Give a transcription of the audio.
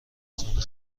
خونه